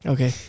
Okay